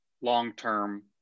long-term